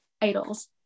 idols